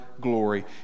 glory